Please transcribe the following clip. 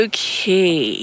Okay